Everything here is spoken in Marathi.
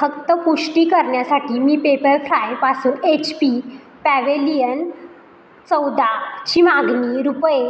फक्त पुष्टी करण्यासाठी मी पेपरफ्रायपासून एच पी पॅव्हेलियन चौदाची मागणी रुपये